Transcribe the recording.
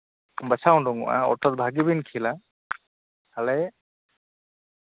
ᱵᱟᱪᱷᱟᱣ ᱩᱰᱩᱠᱚᱜᱼᱟ ᱚᱨᱛᱷᱟᱛ ᱵᱷᱟᱹᱜᱤᱵᱮᱱ ᱠᱷᱮᱞᱟ ᱛᱟᱦᱚᱞᱮ